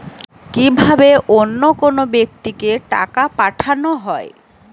কি ভাবে অন্য কোনো ব্যাক্তিকে টাকা পাঠানো হয়?